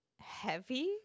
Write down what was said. heavy